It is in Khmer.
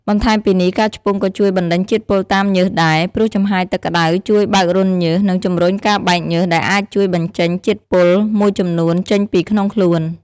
បន្ថែមពីនេះ ការឆ្ពង់ក៏ជួយបណ្តេញជាតិពុលតាមញើសដែរ ព្រោះចំហាយទឹកក្តៅជួយបើករន្ធញើស និងជំរុញការបែកញើស ដែលអាចជួយបញ្ចេញជាតិពុលមួយចំនួនចេញពីក្នុងខ្លួន។